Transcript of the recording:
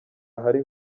ahari